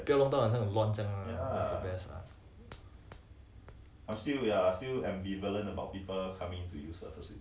then just 不要弄到很像很乱这样 ah is the best ah